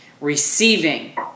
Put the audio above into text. receiving